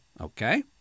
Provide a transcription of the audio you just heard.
Okay